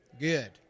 Good